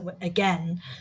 Again